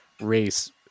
race